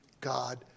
God